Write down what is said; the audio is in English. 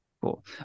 Cool